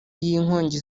y’inkongi